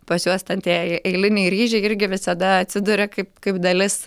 pas juos ten tie eiliniai ryžiai irgi visada atsiduria kaip kaip dalis